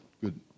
good